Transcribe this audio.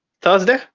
Thursday